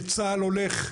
כשצה"ל הולך,